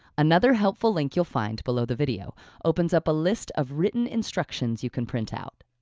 another helpful link you'll find below the video opens up a list of written instructions you can print out.